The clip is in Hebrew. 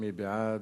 מי בעד?